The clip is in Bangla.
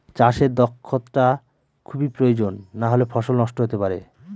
চাষে দক্ষটা খুবই প্রয়োজন নাহলে ফসল নষ্ট হতে পারে